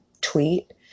tweet